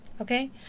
Okay